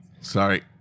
Sorry